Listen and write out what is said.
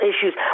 issues